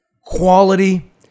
quality